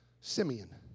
Simeon